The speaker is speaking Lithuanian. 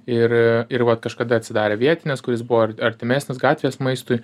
ir ir vat kažkada atsidarė vietinis kuris buvo ar artimesnis gatvės maistui